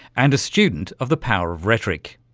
and a student of the power of rhetoric.